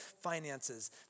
finances